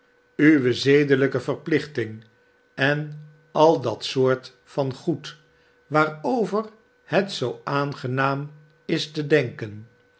uwe zedelijke verplichting en al dat soort van goed waarover het zoo aangenaam is te denken